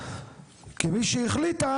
כמי שהחליטה,